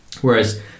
Whereas